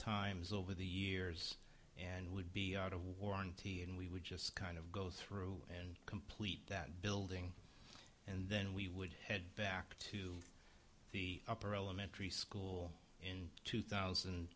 times over the years and would be out of warranty and we would just kind of go through and complete that building and then we would head back to the upper elementary school in two thousand